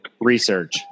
research